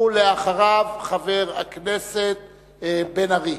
אחריו, חבר הכנסת בן-ארי.